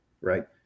right